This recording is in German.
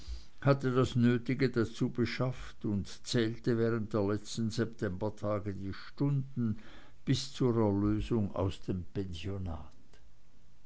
hatte das nötige dazu beschafft und zählte während der letzten septembertage die stunden bis zur erlösung aus dem pensionat